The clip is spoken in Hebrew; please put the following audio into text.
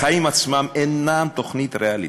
החיים עצמם אינם תוכנית ריאליטי,